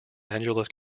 angeles